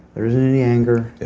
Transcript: there isn't any anger.